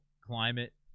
climate